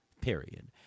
period